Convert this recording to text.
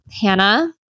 Hannah